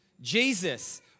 Jesus